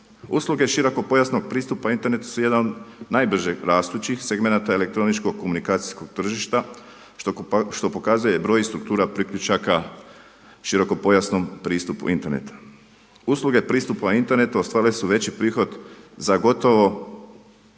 Usluge širokopojasnog pristupa internetu su jedan od najbrže rastućih segmenata elektroničko-komunikacijskog tržišta što pokazuje broj i struktura priključaka širokopojasnom pristupu internetu. Usluge pristupa internetu ostvarile su veći prihod za gotovo